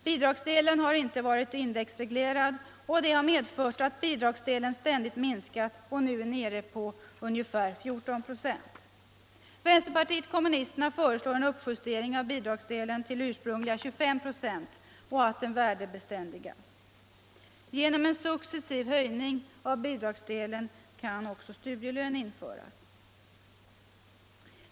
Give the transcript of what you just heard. Bidragsdelen har inte varit indexreglerad, och detta har medfört att bidragsdelen ständigt har minskat och nu är nere på 14 96. Vpk föreslår en uppjustering av bidragsdelen till ursprungliga 25 96 och att den värdebeständigas. Genom en successiv höjning av bidragsdelen kan studielön införas.